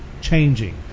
changing